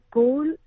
goal